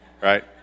right